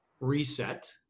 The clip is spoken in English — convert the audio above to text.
reset